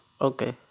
Okay